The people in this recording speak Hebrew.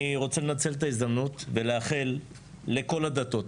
אני רוצה לנצל את ההזדמנות ולאחל לכל הדתות,